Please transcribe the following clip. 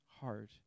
heart